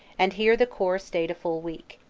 and here the corps stayed a full week.